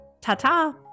Ta-ta